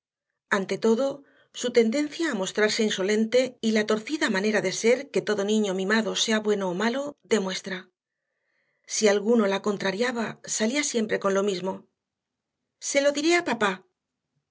ante todo su tendencia a mostrarse insolente y la torcida manera de ser que todo niño mimado sea bueno o malo demuestra si alguno la contrariaba salía siempre con lo mismo se lo diré a papá